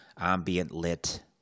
ambient-lit